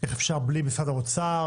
איך אפשר בלי משרד האוצר,